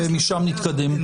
ומשם נתקדם.